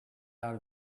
out